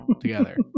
together